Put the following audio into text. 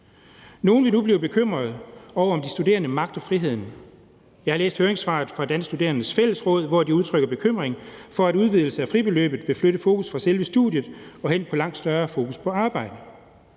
Nogle vil nu blive bekymrede over, om de studerende magter friheden. Jeg har læst høringssvaret fra Danske Studerendes Fællesråd, hvor de udtrykker bekymring for, at udvidelsen af fribeløbet vil flytte fokus fra selve studiet og over på langt større fokus på arbejdet.